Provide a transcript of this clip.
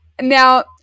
Now